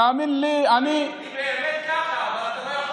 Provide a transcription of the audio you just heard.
תאמין לי, אני, היא באמת ככה, אבל אתה לא יכול